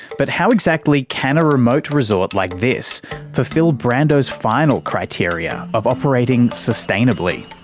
but how exactly can a remote resort like this fulfil brando's final criteria of operating sustainably?